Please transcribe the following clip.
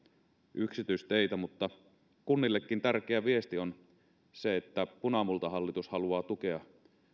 yksityisteitä mutta kunnillekin tärkeä viesti on se että punamultahallitus haluaa tukea